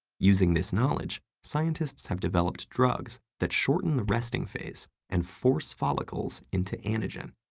using this knowledge, scientists have developed drugs that shorten the resting phase, and force follicles into anagen.